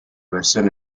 versión